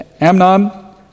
Amnon